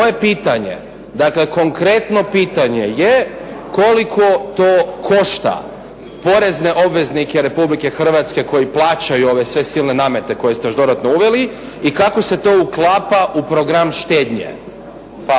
Moje pitanje, dakle konkretno pitanje je koliko to košta porezne obveznike Republike Hrvatske koji plaćaju ove sve silne namete koje ste još dodatno uveli i kako se to uklapa u program štednje.